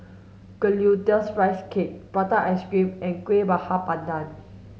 glutinous rice cake prata ice cream and Kueh Bakar Pandan